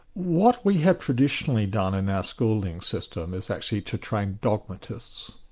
what we have traditionally done in our schooling system is actually to train dogmatists.